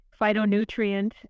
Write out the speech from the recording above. phytonutrient